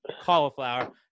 cauliflower